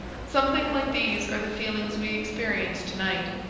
something like these are the feelings we experience to-night.